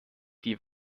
die